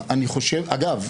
11:20) אגב,